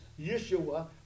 Yeshua